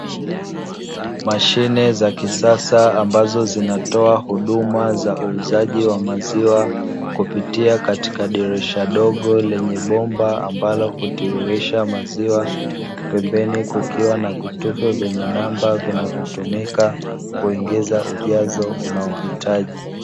Mashine za kisasa ambazo zinatoa huduma za uuzaji wa maziwa kupitia katika dirisha dogo lenye bomba ambalo hutiririsha maziwa. Pembeni kukiwa na vitufe vyenye namba vinavyotumika kuingiza ujazo unaohitaji.